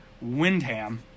Windham